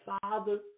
Father